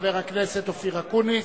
חבר הכנסת אופיר אקוניס.